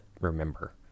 remember